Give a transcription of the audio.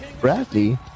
Bradley